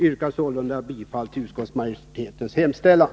Jag yrkar bifall till utskottsmajoritetens hemställan.